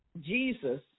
Jesus